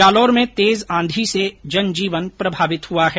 जालौर में तेज आंधी से जनजीवन प्रभावित हुआ है